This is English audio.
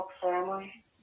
Family